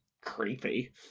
creepy